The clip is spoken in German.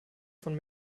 von